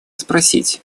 спросить